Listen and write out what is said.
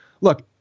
look